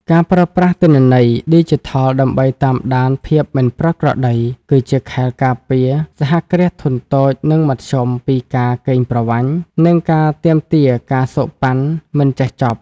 ការប្រើប្រាស់ទិន្នន័យឌីជីថលដើម្បីតាមដានភាពមិនប្រក្រតី គឺជាខែលការពារ សហគ្រាសធុនតូច និងមធ្យម ពីការកេងប្រវ័ញ្ច និងការទាមទារ ការសូកប៉ាន់ មិនចេះចប់។